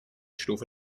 stufe